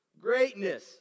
greatness